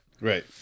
Right